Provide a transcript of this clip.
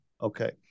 Okay